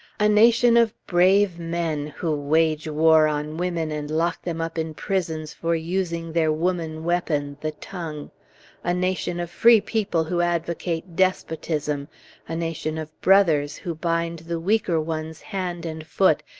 a nation of brave men, who wage war on women and lock them up in prisons for using their woman weapon, the tongue a nation of free people who advocate despotism a nation of brothers who bind the weaker ones hand and foot,